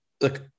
look